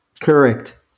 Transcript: correct